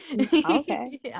Okay